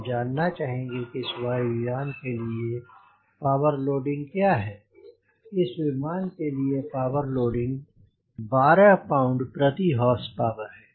हम जानना चाहेंगे की इस वायु यान के लिए पावर लोडिंग क्या है और इस विमान के लिए पावर लोडिंग 12 पाउंड प्रति हॉर्स पावर है